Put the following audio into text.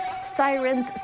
Sirens